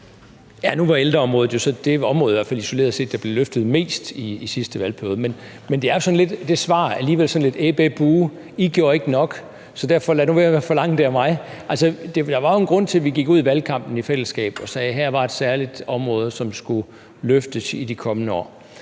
Nu var ældreområdet jo så det område, der i hvert fald isoleret set blev løftet mest i sidste valgperiode, men det svar er alligevel er alligevel sådan lidt: Æh bæh buh, I gjorde ikke nok, så lad derfor være med at forlange det af mig nu. Der var jo en grund til, at vi gik ud i valgkampen i fællesskab og sagde, at her var et særligt område, som skulle løftes i de kommende år.